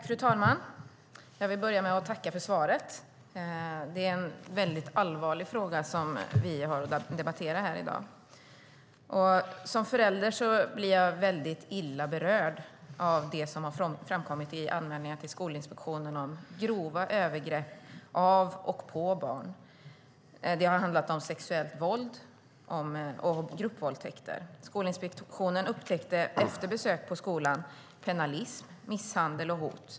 Fru talman! Jag vill börja med att tacka för svaret. Det är en väldigt allvarlig fråga som vi har att debattera här i dag. Som förälder blir jag mycket illa berörd av det som har framkommit i anmälningar till Skolinspektionen om grova övergrepp av och på barn. Det har handlat om sexuellt våld och gruppvåldtäkter. Skolinspektionen upptäckte efter besök på skolan pennalism, misshandel och hot.